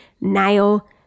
nail